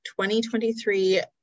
2023